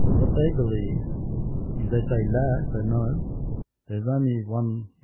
what they believe is they say let's i know there's only one, you